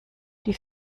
die